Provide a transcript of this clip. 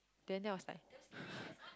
then there was like